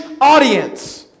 audience